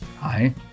hi